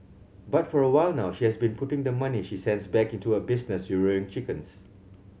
but for a while now she has been putting the money she sends back into a business rearing chickens